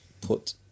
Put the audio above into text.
put